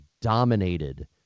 dominated